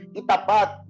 itapat